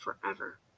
forever